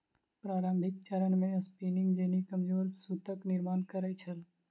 प्रारंभिक चरण मे स्पिनिंग जेनी कमजोर सूतक निर्माण करै छल